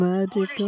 Magic